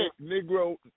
negro